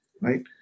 right